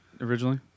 originally